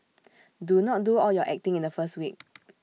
do not do all your acting in the first week